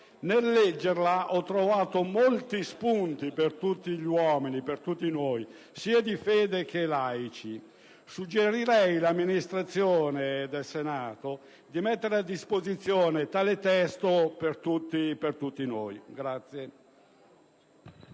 Nel leggerla ho trovato molti spunti per tutti gli uomini, sia fedeli che laici. Suggerirei quindi all'Amministrazione del Senato di mettere a disposizione tale testo per tutti noi.